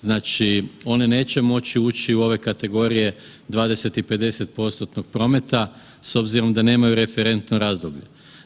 Znači one neće moći ući u ove kategorije 20 i 50%-tnog prometa s obzirom da nemaju referentno razdoblje.